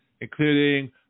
including